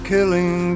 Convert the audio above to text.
Killing